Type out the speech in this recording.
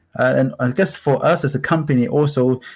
and i guess for us as a company also,